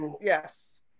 Yes